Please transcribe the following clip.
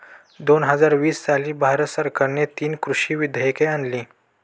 दोन हजार वीस साली भारत सरकारने तीन कृषी विधेयके आणली